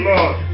Lord